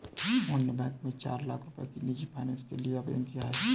मोहन ने बैंक में चार लाख रुपए की निजी फ़ाइनेंस के लिए आवेदन किया है